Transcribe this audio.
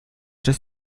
des